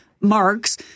marks